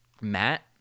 Matt